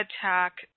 attack